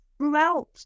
Throughout